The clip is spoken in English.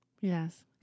Yes